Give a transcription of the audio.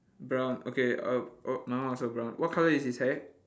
brown okay uh oh mine one also brown what colour is his hair